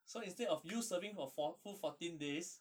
so instead of you serving for four~ full fourteen days